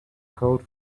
code